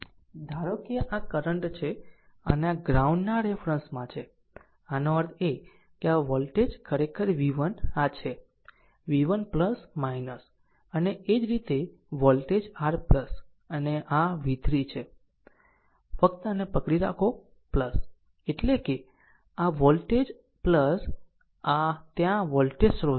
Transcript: ધારો કે આ કરંટ છે અને આ ગ્રાઉન્ડના રેફરન્સ માં છે આનો અર્થ એ કે આ વોલ્ટેજ ખરેખર v1 આ છે v1 અને તે જ રીતે આ વોલ્ટેજ r અને આ v3 છે ફક્ત આને પકડી રાખો એટલે આ વોલ્ટેજ આ ત્યાં વોલ્ટેજ સ્રોત છે